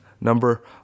number